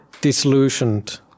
disillusioned